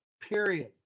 Period